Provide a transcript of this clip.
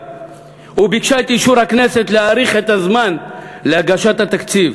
וביקשה את אישור הכנסת להאריך את הזמן להגשת התקציב,